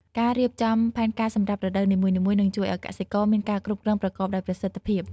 ការរៀបចំផែនការសម្រាប់រដូវនីមួយៗនឹងជួយឲ្យកសិករមានការគ្រប់គ្រងប្រកបដោយប្រសិទ្ធភាព។